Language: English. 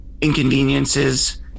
inconveniences